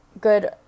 good